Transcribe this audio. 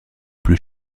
plus